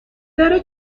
داره